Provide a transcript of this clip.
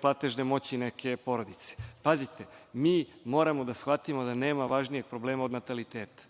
platežne moći neke porodice. Pazite, mi moramo da shvatimo da nema važnijeg problema od nataliteta.